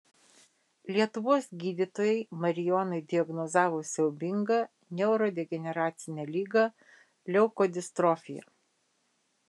lietuvos gydytojai marijonui diagnozavo siaubingą neurodegeneracinę ligą leukodistrofija